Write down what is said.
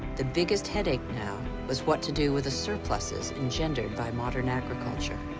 the biggest headache now was what to do with the surpluses engendered by modern agriculture.